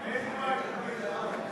נתקבלו.